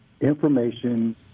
information